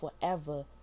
forever